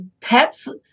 pets